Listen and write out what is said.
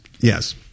yes